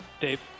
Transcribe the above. Dave